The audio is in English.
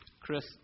Chris